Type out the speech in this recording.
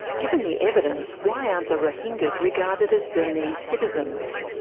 given the evidence, why aren't the rohingyas regarded as burmese citizens?